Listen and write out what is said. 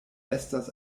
estas